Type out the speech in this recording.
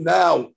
now